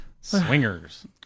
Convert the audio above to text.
Swingers